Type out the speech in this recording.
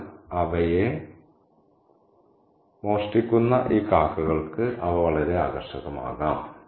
എന്നാൽ അവയെ മോഷ്ടിക്കുന്ന ഈ കാക്കകൾക്ക് അവ വളരെ ആകർഷകമാകാം